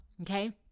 okay